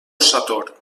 sator